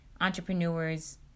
entrepreneurs